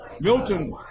Milton